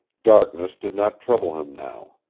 darkness did not trouble him now.